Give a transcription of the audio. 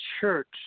church